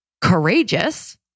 courageous